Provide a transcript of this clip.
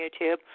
YouTube